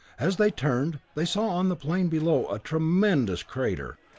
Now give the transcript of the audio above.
as they turned, they saw on the plain, below a tremendous crater,